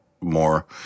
more